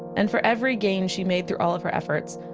and for every gain she made through all of her efforts,